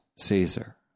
Caesar